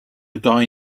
guy